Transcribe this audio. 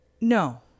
No